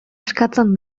eskatzen